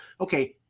okay